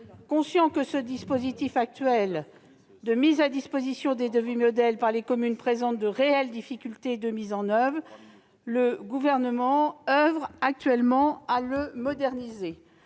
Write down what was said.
Conscient que le dispositif actuel de mise à disposition des devis modèles par les communes présente de réelles difficultés de mise en oeuvre, le Gouvernement travaille actuellement à le moderniser.